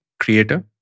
creator